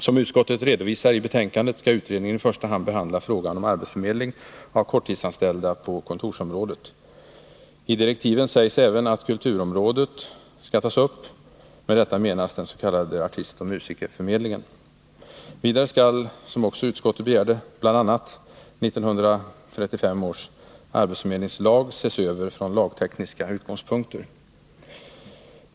Som utskottet redovisar i betänkandet, skall utredningen i första hand behandla frågan om arbetsförmedling av korttidsanställda på kontorsområdet. I direktiven sägs även att kulturområdet skall tas upp. Med detta avses den s.k. artistoch musikerförmedlingen. Vidare skall, som utskottet också begärde, bl.a. 1935 års arbetsförmedlingslag ses över från lagtekniska utgångspunkter.